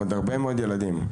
עוד הרבה מאוד ילדים,